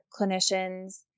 clinicians